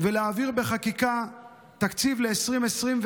ולהעביר מחדש בחקיקה תקציב ל-2024,